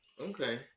Okay